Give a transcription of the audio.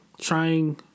Trying